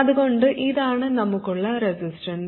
അതുകൊണ്ടു ഇതാണ് നമുക്കുള്ള റെസിസ്റ്റൻസ്